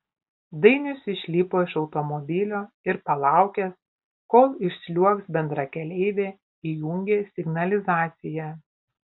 dainius išlipo iš automobilio ir palaukęs kol išsliuogs bendrakeleivė įjungė signalizaciją